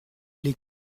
les